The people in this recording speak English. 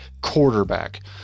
quarterback